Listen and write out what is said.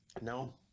No